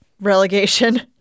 relegation